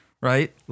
Right